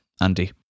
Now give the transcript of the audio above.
Andy